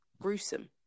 gruesome